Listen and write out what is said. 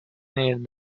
needed